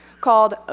called